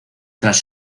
tras